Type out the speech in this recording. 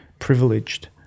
Privileged